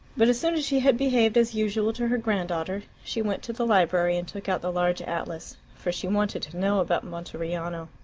but as soon as she had behaved as usual to her grand-daughter, she went to the library and took out the large atlas, for she wanted to know about monteriano.